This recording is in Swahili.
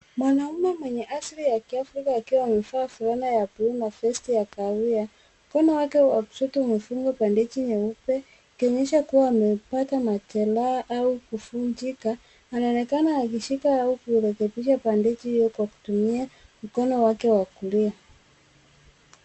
Mwanaume mwenye asili ya kiafrika akiwa amevaa fulana ya buluu na vesti ya kahawia, mkono wake wa kushoto umefungwa bandeji nyeupe ikionyesha kuwa amepata majeraha au kuvunjika. Anaonekana akishika au kurekebisha bandeji iyo kwa kutumia mkono wake wa kulia.